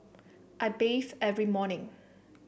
I bathe every morning